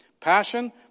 Passion